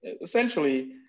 essentially